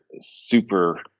super